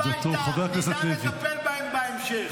נדע לטפל בהם בהמשך.